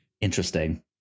Interesting